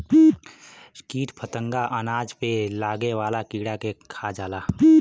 कीट फतंगा अनाज पे लागे वाला कीड़ा के खा जाला